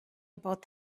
about